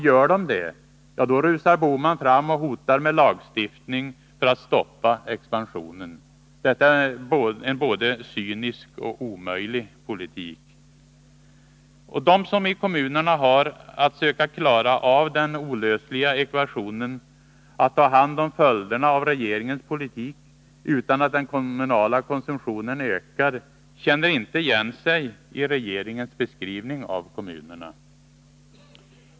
Gör de det, då rusar Bohman fram och hotar med lagstiftning för att stoppa expansionen. Detta är en både cynisk och omöjlig politik. De som i kommunerna har att söka klara av den olösliga ekvationen att ta hand om följderna av regeringens politik utan att den kommunala konsumtionen ökar känner inte igen sig i regeringens beskrivning av kommunerna.